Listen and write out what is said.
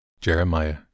Jeremiah